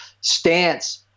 stance